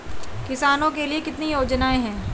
किसानों के लिए कितनी योजनाएं हैं?